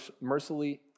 mercifully